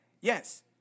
Yes